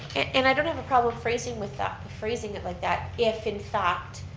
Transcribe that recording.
and i don't have a problem phrasing with that, the phrasing it like that, if in fact,